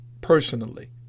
personally